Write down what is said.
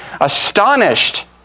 astonished